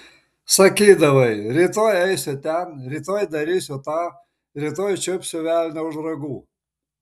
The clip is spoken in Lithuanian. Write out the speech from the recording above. sakydavai rytoj eisiu ten rytoj darysiu tą rytoj čiupsiu velnią už ragų